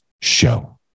show